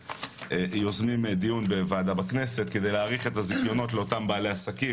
יוזמים דיון בוועדה בכנסת כדי להאריך את הזיכיונות לאותם בעלי עסקים,